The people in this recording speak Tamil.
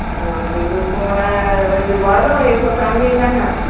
மொதல் போனால் இது வரும் இப்போது கம்மிதானே